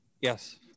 Yes